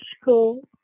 school